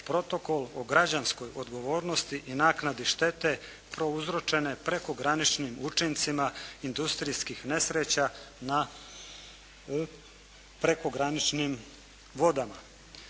Protokol o građanskoj odgovornosti i naknadi štete prouzročene prekograničnim učincima industrijskih nesreća na prekograničnim vodama.